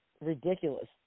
ridiculous